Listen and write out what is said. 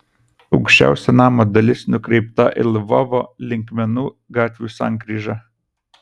aukščiausia namo dalis nukreipta į lvovo linkmenų gatvių sankryžą